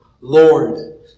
Lord